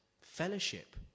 fellowship